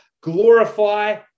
Glorify